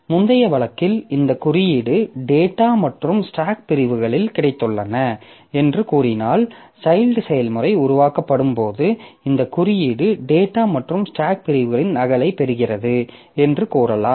முந்தைய வழக்கில் இந்த குறியீடு டேட்டா மற்றும் ஸ்டாக் பிரிவுகள் கிடைத்துள்ளன என்று கூறினால் சைல்ட் செயல்முறை உருவாக்கப்படும் போது இந்த குறியீடு டேட்டா மற்றும் ஸ்டாக் பிரிவுகளின் நகலைப் பெறுகிறது என்று கூறலாம்